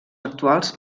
actuals